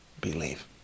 believe